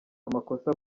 amakosa